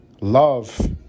Love